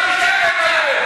על מה אתה מדבר.